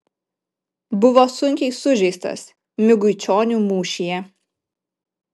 buvo sunkiai sužeistas miguičionių mūšyje